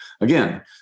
Again